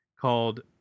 called